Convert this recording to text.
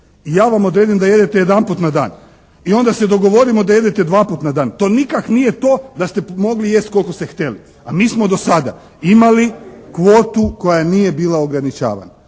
i ja vam odredim da jedete jedanput na dan. I onda se dogovorimo da jedete dva put na dan. To nikak nije to da ste mogli jesti koliko ste htjeli. A mi smo do sada imali kvotu koja nije bila ograničavana.